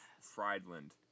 Friedland